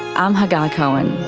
i'm hagar cohen